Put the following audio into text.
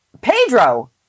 Pedro